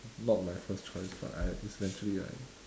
not my first choice but I eventually I